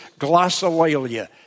glossolalia